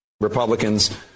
Republicans